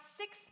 six